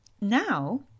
Now